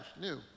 new